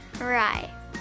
Right